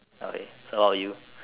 okay so or you